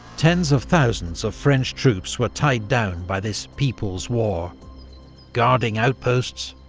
tens of thousands of french troops were tied down by this people's war guarding outposts,